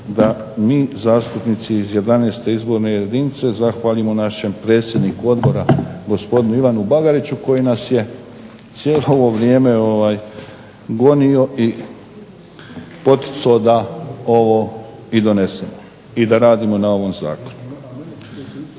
da mi zastupnici iz 11. izborne jedinice zahvalimo našem predsjedniku Odbora gospodinu Ivanu Bagariću koji je cijelo ovo vrijeme gonio i poticao da ovo i donesemo i da radimo na ovom Zakonu.